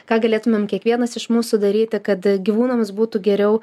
ką galėtumėm kiekvienas iš mūsų daryti kad gyvūnams būtų geriau